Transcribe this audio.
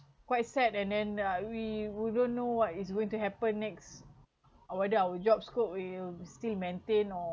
quite sad and then uh we we don't know what is going to happen next whether our job scope it will be still maintain or